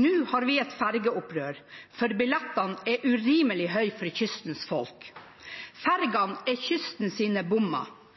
Nå har vi et fergeopprør, for billettene er urimelig dyre for kystens folk. Fergene er kystens bommer. Statsministeren har ikke hastet av gårde til første og dyreste ferge. Vi som er født ved kysten